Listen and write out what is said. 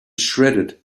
shredded